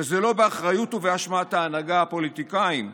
שזה לא באחריות ובאשמת ההנהגה, הפוליטיקאים,